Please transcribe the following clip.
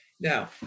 Now